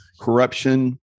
corruption